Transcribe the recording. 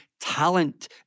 talent